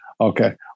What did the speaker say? Okay